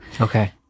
Okay